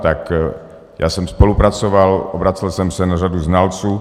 Tak já jsem spolupracoval, obracel jsem se na řadu znalců.